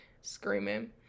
Screaming